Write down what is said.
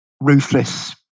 ruthless